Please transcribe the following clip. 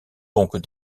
donc